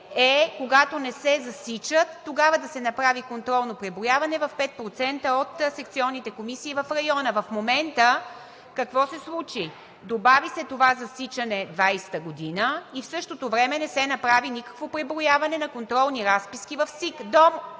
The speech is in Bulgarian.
е, когато не се засичат, тогава да се направи контролно преброяване в 5% от секционните избирателни комисии в района. В момента какво се случи? Добави се това засичане през 2020 г. и в същото време не се направи никакво преброяване на контролни разписки в СИК.